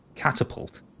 Catapult